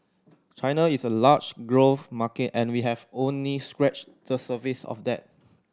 China is a large growth market and we have only scratched the surface of that